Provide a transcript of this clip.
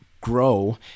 grow